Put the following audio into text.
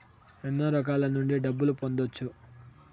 ఎన్నో రకాల నుండి డబ్బులు పొందొచ్చు